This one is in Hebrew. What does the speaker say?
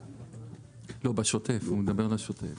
לא, בשוטף, הוא מדבר על השוטף.